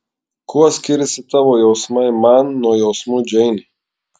kuo skiriasi tavo jausmai man nuo jausmų džeinei